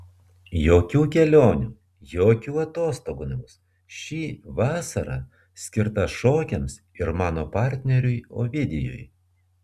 jokių kelionių jokių atostogų nebus ši vasara skirta šokiams ir mano partneriui ovidijui